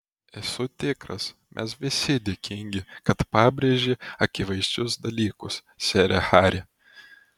esu tikras mes visi dėkingi kad pabrėži akivaizdžius dalykus sere hari